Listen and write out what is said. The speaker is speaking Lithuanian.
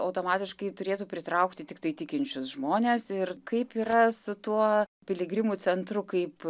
automatiškai turėtų pritraukti tiktai tikinčius žmones ir kaip yra su tuo piligrimų centru kaip